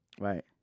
Right